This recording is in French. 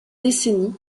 décennies